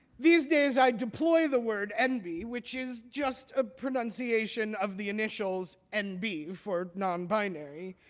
these days, i deploy the word nb, which is just a pronunciation of the initials nb for non-binary,